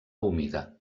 humida